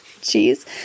cheese